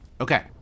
Okay